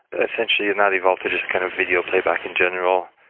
essentially, and that evolved to just kind of video playback in general,